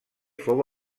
fou